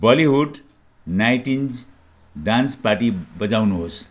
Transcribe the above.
Bollywood nineties dance party बजाउनुहोस्